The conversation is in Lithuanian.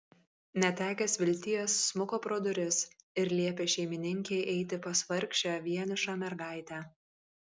netekęs vilties smuko pro duris ir liepė šeimininkei eiti pas vargšę vienišą mergaitę